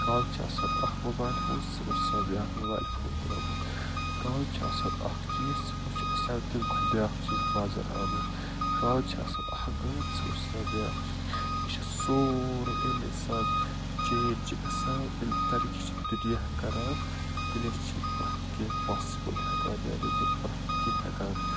کالہٕ چھِ آسان اکھ موبایِل فون صُبحَس چھِ آسان بیاکھ موبایِل فون درامُت کالہٕ چھِ آسان اَکھ چیٖز صُبحَس چھِ آسان تَمہِ کھۄتہٕ بیاکھ چیٖز بازَر آمُت کالہٕ چھِ آسان اکھ گٲڑۍ صُبحس چھِ آسان بیاکھ یہِ چھِ سورٕے ییٚلہِ آِنسان چینج چھِ گژھان ییٚلہِ ترقی چھِ دُنیا کران تیٚلِی چھِ پرٮ۪تھ کیٚنہہ پاسِبُل ہٮ۪کان یعنی کہ پرٮ۪تھ کیٚنہہ ہٮ۪کان